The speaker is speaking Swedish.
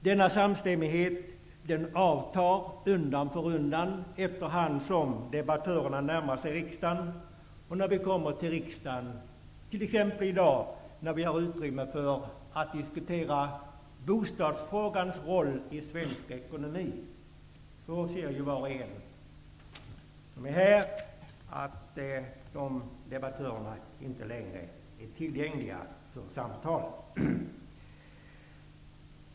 Denna samstämmighet avtar undan för undan efterhand som debattörerna närmar sig riksdagen. När vi kommer till riksdagen - t.ex. i dag, då vi har utrymme att diskutera bostadsfrågans roll i svensk ekonomi ser var och en som är här att debattörerna inte längre är tillgängliga för samtal.